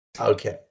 Okay